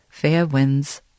Fairwinds